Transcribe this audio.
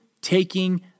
taking